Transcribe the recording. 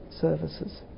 services